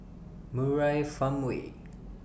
Murai Farmway